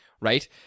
right